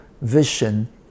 vision